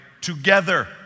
together